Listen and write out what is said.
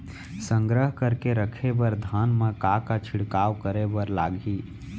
संग्रह करके रखे बर धान मा का का छिड़काव करे बर लागही?